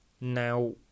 Now